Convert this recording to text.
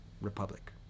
Republic